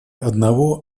одного